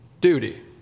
duty